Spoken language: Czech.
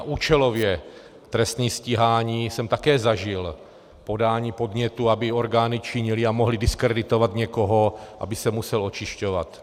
A účelově trestní stíhání jsem také zažil, podání podnětu, aby orgány činily a mohly diskreditovat někoho, aby se musel očišťovat.